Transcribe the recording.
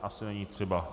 Asi není třeba.